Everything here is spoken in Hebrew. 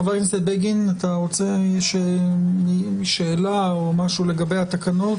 חבר הכנסת בגין, אתה רוצה לומר משהו לגבי התקנות?